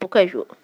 bôaka eo.